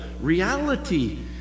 reality